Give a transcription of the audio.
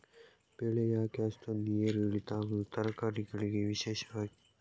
ಬೆಳೆ ಯಾಕೆ ಅಷ್ಟೊಂದು ಏರು ಇಳಿತ ಆಗುವುದು, ತರಕಾರಿ ಗಳಿಗೆ ವಿಶೇಷವಾಗಿ?